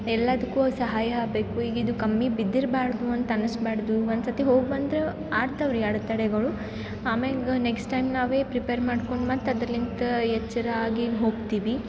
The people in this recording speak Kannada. ಎಲ್ಲದಕ್ಕು ಸಹಾಯಬೇಕು ಈಗಿದು ಕಮ್ಮಿ ಬಿದ್ದಿರಬಾರ್ದು ಅಂತನ್ನಿಸಬಾಡ್ದು ಒಂದುಸತಿ ಹೋಗಿ ಬಂದರೆ ಆಡ್ತವ್ರಿ ಅಡೆತಡೆಗಳು ಆಮೇಗೆ ನೆಕ್ಸ್ಟ್ ಟೈಮ್ ನಾವೇ ಪ್ರಿಪೇರ್ ಮಾಡ್ಕೊಂಡು ಮತ್ತು ಅದ್ರಲಿಂತ ಎಚ್ಚರ ಆಗಿ ಹೊಗ್ತೀವಿ